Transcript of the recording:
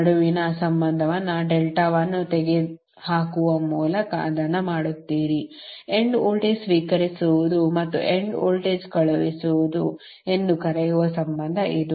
ನಡುವಿನ ಸಂಬಂಧವನ್ನು ಡೆಲ್ಟಾವನ್ನು ತೆಗೆದುಹಾಕುವ ಮೂಲಕ ಅದನ್ನು ಮಾಡುತ್ತೀರಿಎಂಡ್ ವೋಲ್ಟೇಜ್ ಸ್ವೀಕರಿಸುವುದು ಮತ್ತು ಎಂಡ್ ವೋಲ್ಟೇಜ್ ಕಳುಹಿಸುವುದು ಎಂದು ಕರೆಯುವ ಸಂಬಂಧ ಇದು